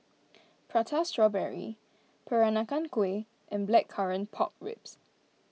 Prata Strawberry Peranakan Kueh and Blackcurrant Pork Ribs